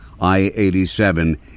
I-87